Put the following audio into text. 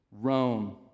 Rome